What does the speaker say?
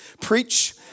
preach